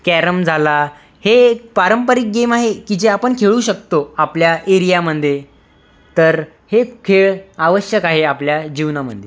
carrom झाला हे पारंपरिक गेम आहे की जे आपण खेळू शकतो आपल्या एरियामध्ये तर हे खेळ आवश्यक आहे आपल्या जीवनामध्ये